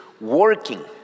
working